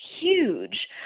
huge